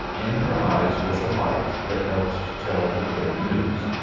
in her eyes was a light that helped to tell the great news.